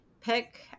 pick